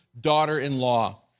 daughter-in-law